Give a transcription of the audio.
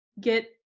get